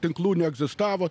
tinklų neegzistavo